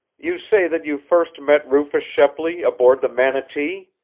you say that you first met rufus shepley aboard the manatee?